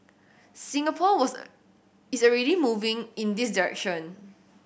Singapore was a is already moving in this direction